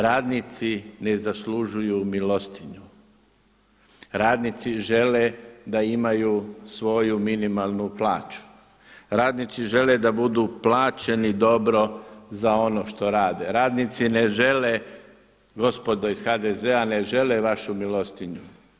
Radnici ne zaslužuju milostinju, radnici žele da imaju svoju minimalnu plaću, radnici žele da budu plaćeni dobro za ono što rade, radnici ne žele gospodo iz HDZ-a ne žele vašu milostinju.